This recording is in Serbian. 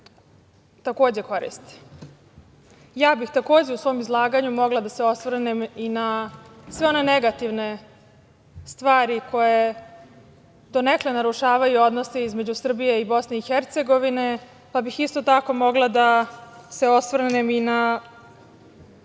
takođe koriste.U svom izlaganju takođe bih mogla da se osvrnem i na sve one negativne stvari koje donekle narušavaju odnose između Srbije i Bosne i Hercegovine, pa bih isto tako mogla da se osvrnem i na